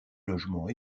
logements